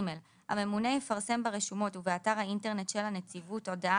הממונה יפרסם ברשומות ובאתר האינטרנט של הנציבות הודעה